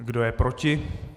Kdo je proti?